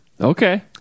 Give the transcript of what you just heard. Okay